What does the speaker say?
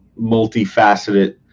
multifaceted